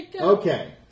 Okay